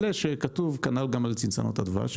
כנ"ל גם על צנצנות הדבש,